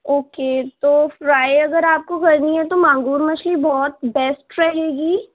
okay تو fry اگر آپ کو کرنی ہو تو منگور مچھلی بہت بیسٹ رہے گی